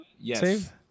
yes